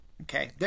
Okay